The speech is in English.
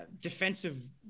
defensive